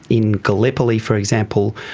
in gallipoli, for example,